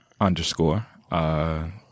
underscore